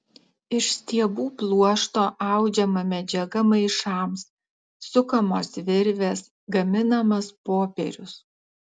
iš stiebų pluošto audžiama medžiaga maišams sukamos virvės gaminamas popierius